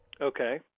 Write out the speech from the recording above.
Okay